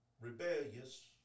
rebellious